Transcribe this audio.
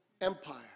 Empire